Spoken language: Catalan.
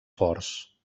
forts